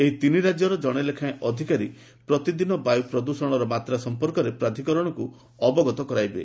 ଏହି ତିନି ରାଜ୍ୟର ଜଣେ ଲେଖାଏଁ ଅଧିକାରୀ ପ୍ରତିଦିନ ବାୟୁ ପ୍ରଦୃଷଣର ମାତ୍ରା ସଂପର୍କରେ ପ୍ରାଧିକରଣକୁ ଅବଗତ କରାଇବେ